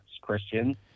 Christian